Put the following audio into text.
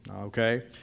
Okay